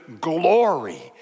glory